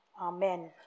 Amen